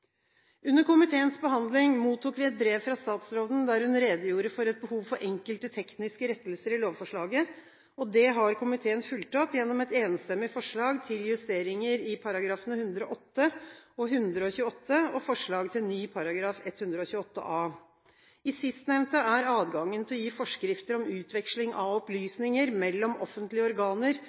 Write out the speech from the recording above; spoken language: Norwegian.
Under komiteens behandling mottok vi et brev fra statsråden, der hun redegjorde for et behov for enkelte tekniske rettelser i lovforslaget. Det har komiteen fulgt opp gjennom et enstemmig forslag til justeringer i §§ 108 og 128 og forslag til ny § 128 a. I sistnevnte er adgangen til å gi forskrifter om utveksling av opplysninger mellom offentlige organer